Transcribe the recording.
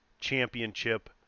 championship